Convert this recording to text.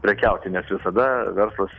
prekiauti nes visada verslas